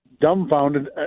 dumbfounded